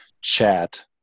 chat